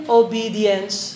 obedience